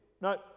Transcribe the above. No